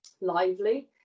lively